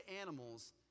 animals